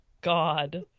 god